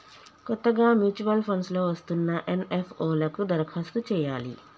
కొత్తగా mutual funds లో వస్తున్న ఎన్.ఎఫ్.ఓ లకు దరఖాస్తు చేయాలి